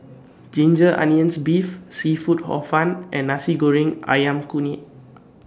Ginger Onions Beef Seafood Hor Fun and Nasi Goreng Ayam Kunyit